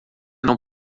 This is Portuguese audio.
não